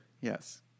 Yes